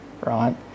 right